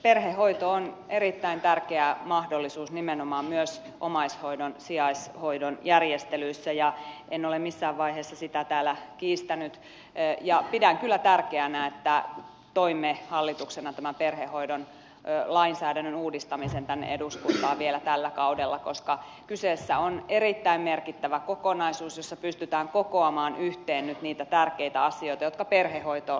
perhehoito on erittäin tärkeä mahdollisuus nimenomaan myös omaishoidon sijaishoidon järjestelyissä ja en ole missään vaiheessa sitä täällä kiistänyt ja pidän kyllä tärkeänä että toimme hallituksena tämän perhehoidon lainsäädännön uudistamisen tänne eduskuntaan vielä tällä kaudella koska kyseessä on erittäin merkittävä kokonaisuus jossa pystytään kokoamaan yhteen nyt niitä tärkeitä asioita jotka perhehoitoon liittyvät